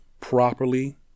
properly